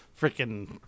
freaking